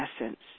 essence